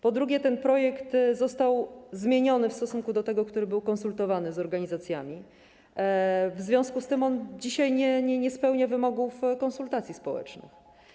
Po drugie, ten projekt został zmieniony w stosunku do tego, który był konsultowany z organizacjami, w związku z tym on dzisiaj nie spełnia wymogów konsultacji społecznych.